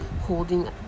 holding